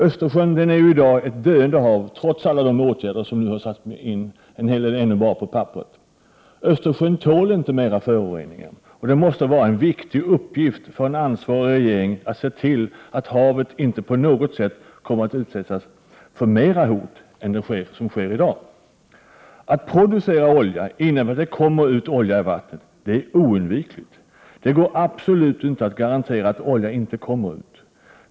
Östersjön är i dag ett döende hav trots alla de åtgärder som satts in, en hel del än så länge bara på papperet. Östersjön tål inte mer föroreningar, och det måste vara en viktig uppgift för en ansvarig regering att se till att havet inte på något sätt kommer att utsättas för mer hot än vad som sker i dag. Att producera olja innebär att det kommer ut olja i vattnet — det är oundvikligt. Det går absolut inte att garantera att olja inte kommer ut i vattnet.